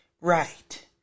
right